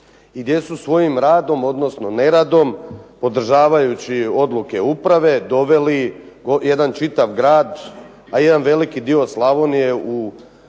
I gdje su svojim radom odnosno neradom podržavajući odluke uprave doveli jedan čitav grad, a jedan veliki dio Slavonije u jako